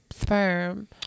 sperm